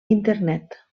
internet